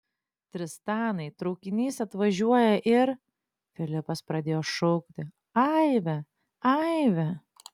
tristanai traukinys atvažiuoja ir filipas pradėjo šaukti aive aive